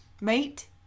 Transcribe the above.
mate